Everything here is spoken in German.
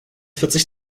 vierzig